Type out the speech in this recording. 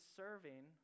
serving